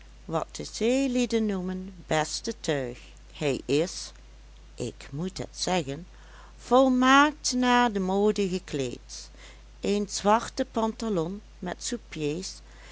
wat de zeelieden noemen beste tuig hij is ik moet het zeggen volmaakt naar de mode gekleed een zwarte pantalon met